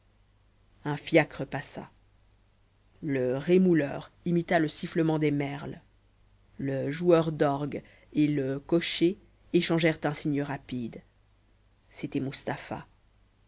fiacre passa le rémouleur imita le sifflement des merles le joueur d'orgue et le cocher échangèrent un signe rapide c'était mustapha